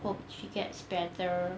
hope she gets better